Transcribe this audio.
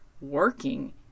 working